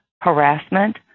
harassment